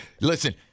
Listen